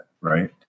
right